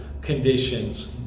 conditions